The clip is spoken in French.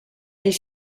elle